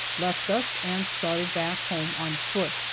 left us and started back home on foot.